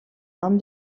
nom